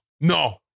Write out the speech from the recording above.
No